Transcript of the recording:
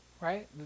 right